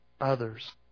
others